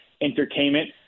entertainment